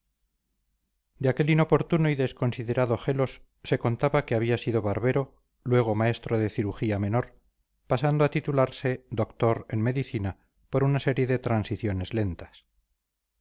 aquel inoportuno y desconsiderado gelos se contaba que había sido barbero luego maestro de cirugía menor pasando a titularse doctor en medicina por una serie de transiciones lentas